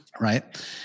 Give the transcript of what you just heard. Right